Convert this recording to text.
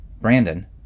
Brandon